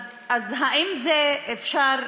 אז האם אפשר,